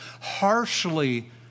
harshly